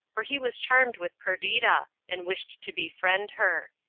for he was charmed with perdita, and wished to be friend her.